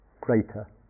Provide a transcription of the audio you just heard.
greater